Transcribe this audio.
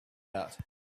out